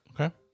Okay